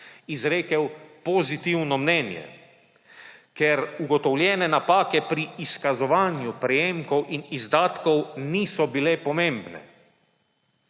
izrekel pozitivno mnenje, ker ugotovljene napake pri izkazovanju prejemkov in izdatkov niso bile pomembne.